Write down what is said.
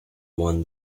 won